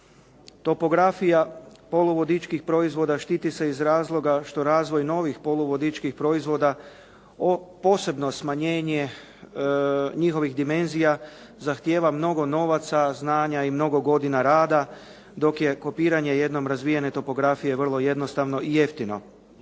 Topografija poluvodičkih proizvoda štiti se iz razlog što razvoj novih poluvodičkih proizvoda, posebno smanjenje njihovih dimenzija, zahtijeva mnogo novaca, znanja i mnogo godina rada, dok je kopiranje jednom razvijene topografije vrlo jednostavno i jeftino.